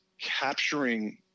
capturing